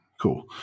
cool